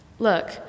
Look